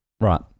Right